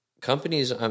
companies